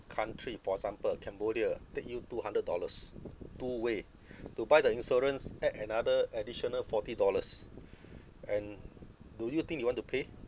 country for example cambodia take you two hundred dollars two way to buy the insurance add another additional forty dollars and do you think you want to pay